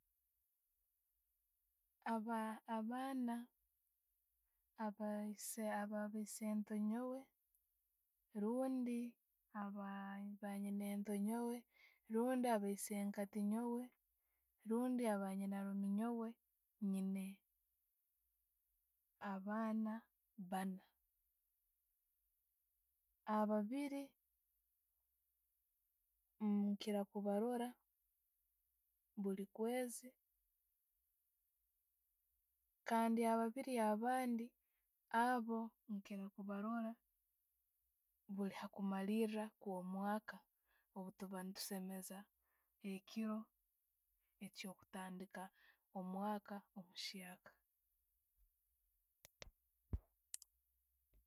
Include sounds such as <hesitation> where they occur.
Aba- abaana aba- ababa be'isonte nyoowe rundi abanyinentoo rundi aba isenkati nyoowe rundi abanyinaruumi nyoowe, niine abaana baana. Ababbiri <hesitation> nkiira kubaroola buli kweezi kandi ababiiri abandi, abo, nkira kubaroola buli kumaliira okw'omwaka obutuba ne'tuseemeza ekiiro ekyokutandiika omwaka omuhyaka.